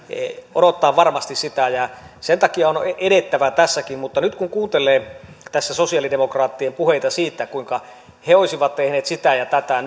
odottaa varmasti sitä sen takia on on edettävä tässäkin kun nyt kuuntelee tässä sosiaalidemokraattien puheita siitä kuinka he olisivat nyt tehneet sitä ja tätä